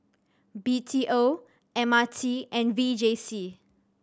B T O M R T and V J C